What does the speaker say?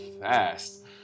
fast